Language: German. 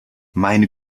meine